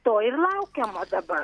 to ir laukiama dabar